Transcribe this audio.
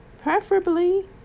preferably